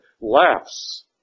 laughs